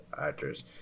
actors